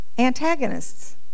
antagonists